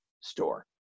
store